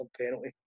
penalty